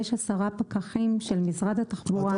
יש עשרה פקחים של משרד התחבורה.